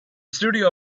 studio